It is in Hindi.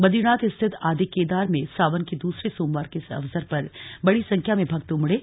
बद्रीनाथ स्थित आदिकेदार में सावन के द्रसरे सोमवार के अवसर पर बड़ी संख्या में भक्त उमड़े